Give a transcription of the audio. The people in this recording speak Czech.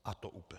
A to úplně.